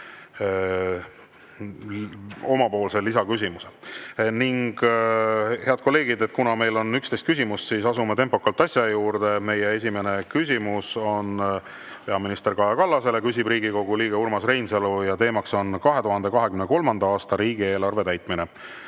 omapoolse lisaküsimuse. Head kolleegid, kuna meil on 11 küsimust, asume tempokalt asja juurde. Meie esimene küsimus on peaminister Kaja Kallasele, küsib Riigikogu liige Urmas Reinsalu ja teemaks on 2023. aasta riigieelarve täitmine.